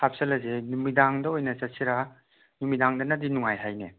ꯍꯥꯞꯁꯤꯜꯂꯁꯦ ꯅꯨꯃꯤꯗꯥꯡꯗ ꯑꯣꯏꯅ ꯆꯠꯁꯤꯔ ꯅꯨꯃꯤꯗꯥꯡꯗꯅꯗꯤ ꯅꯨꯡꯉꯥꯏ ꯍꯥꯏꯅꯦ